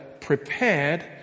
prepared